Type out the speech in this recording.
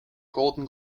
golden